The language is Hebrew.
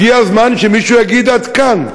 הגיע הזמן שמישהו יגיד: עד כאן.